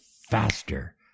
faster